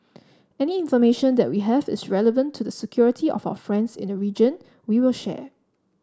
any information that we have is relevant to the security of our friends in the region we will share